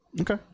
Okay